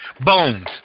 Bones